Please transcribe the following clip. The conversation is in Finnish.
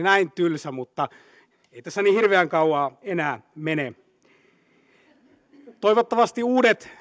näin tylsä mutta ei tässä niin hirveän kauan enää mene uudet